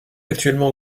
actuellement